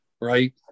Right